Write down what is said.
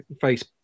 face